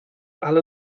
alle